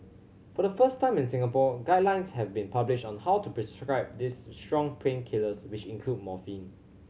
for the first time in Singapore guidelines have been published on how to prescribe these strong painkillers which include morphine